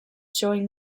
showing